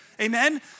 Amen